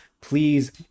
please